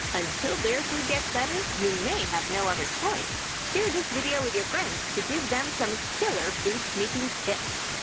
until their food gets better, you may have no other choice! share this video with your friends to give them some killer food-sneaking tips!